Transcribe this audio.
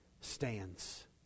stands